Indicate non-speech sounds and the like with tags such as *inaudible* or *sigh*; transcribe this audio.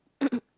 *coughs*